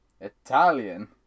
Italian